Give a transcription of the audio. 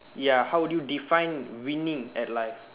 ya how would you define winning at life